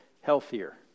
healthier